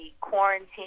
quarantine